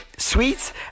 sweets